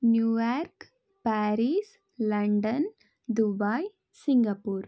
New York Paris London Dubai Singapore